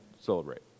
celebrate